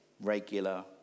regular